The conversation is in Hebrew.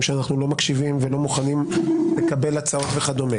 שאנחנו לא מקשיבים ולא מוכנים לקבל הצעות וכדומה